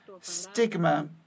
stigma